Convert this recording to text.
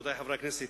רבותי חברי הכנסת,